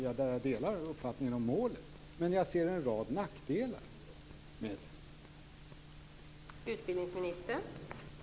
Jag delar uppfattningen om målet, men jag ser en rad nackdelar med det här.